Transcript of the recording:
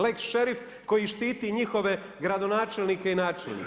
Lex šerif koji štiti njihove gradonačelnike i načelnike.